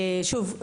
שוב,